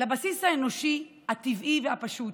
לבסיס האנושי הטבעי והפשוט,